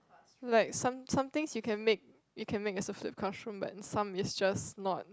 like some somethings you can make you can make as a flip classroom but some is just not